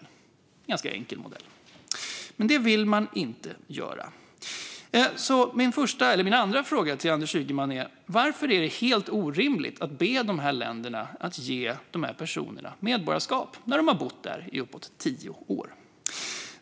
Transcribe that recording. Det är en ganska enkel modell. Men det vill man inte göra. Min andra fråga till Anders Ygeman är: Varför är det helt orimligt att be de länderna att ge de här personerna medborgarskap när de har bott där i uppåt tio år?